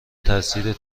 تاثیر